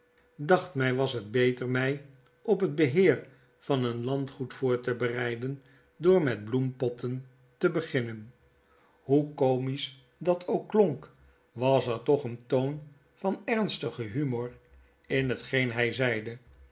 my was het beter my op het beheer van een landgoed voor te bereiden door met bloempotten te beginnen hoe komisch dat ook klonk was er toch een toon van ernstigen humor in hetgeen hy zeide